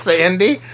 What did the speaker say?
Sandy